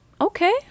okay